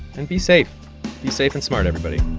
and be safe. be safe and smart, everybody